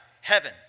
heaven